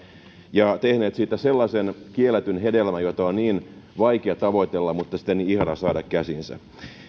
ja tehneet siitä sellaisen kielletyn hedelmän jota on niin vaikea tavoitella mutta sitten niin ihana saada käsiinsä